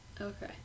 Okay